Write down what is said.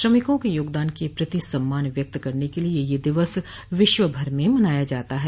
श्रमिकों के योगदान के प्रति सम्मान व्यक्त करने के लिये यह दिवस विश्व भर में मनाया जाता है